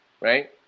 right